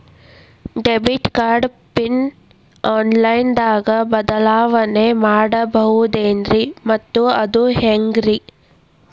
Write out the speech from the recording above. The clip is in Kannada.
ಡೆಬಿಟ್ ಕಾರ್ಡ್ ಪಿನ್ ಆನ್ಲೈನ್ ದಾಗ ಬದಲಾವಣೆ ಮಾಡಬಹುದೇನ್ರಿ ಮತ್ತು ಅದು ಹೆಂಗ್ರಿ?